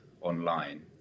online